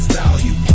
value